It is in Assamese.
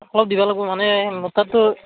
অলপ দিব লাগিব মানে মোৰ তাততো